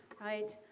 right,